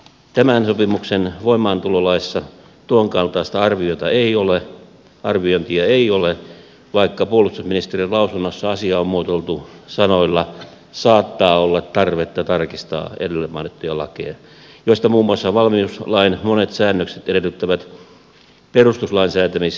tämän sopimuksen voimaantulolaissa tuon kaltaista arviointia ei ole vaikka puolus tusministeriön lausunnossa asia on muotoiltu sanoilla saattaa olla tarvetta tarkistaa edellä mainittuja lakeja joista muun muassa valmiuslain monet säännökset edellyttävät perustuslain säätämisjärjestystä